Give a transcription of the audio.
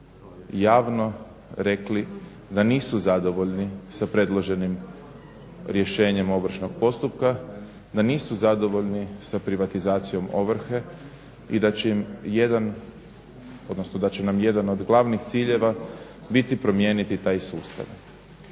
javno rekli da nisu zadovoljni sa predloženim rješenjem ovršnog postupka, da nisu zadovoljni sa privatizacijom ovrhe i da će im jedan, odnosno da će nam jedan od glavnih ciljeva biti promijeniti taj sustav.